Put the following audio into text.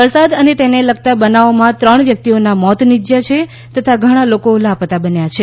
વરસાદ અને તેને લગતા બનાવોમાં ત્રણ વ્યક્તિઓના મોત નીપજ્યા છે તથા ઘણા લાપત્તા બન્યા છે